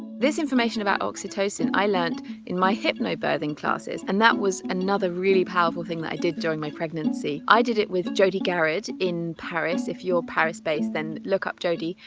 this information about oxytocin i learnt in my hypnobirthing classes, and that was another really powerful thing that i did during my pregnancy. i did it with jodi garrod in paris. if you're paris based then look up jodi,